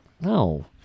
No